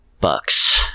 bucks